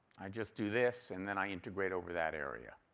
i just do this and then i integrate over that area.